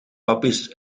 puppies